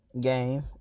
game